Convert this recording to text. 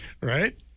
Right